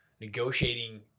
negotiating